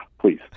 please